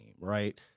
Right